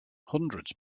hundreds